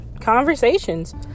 conversations